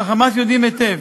ב"חמאס" יודעים היטב